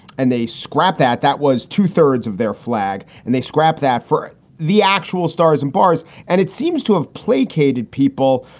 and they scrapped that. that was two thirds of their flag and they scrapped that for the actual stars and bars. and it seems to have placated people.